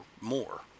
more